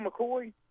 McCoy